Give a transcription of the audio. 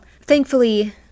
thankfully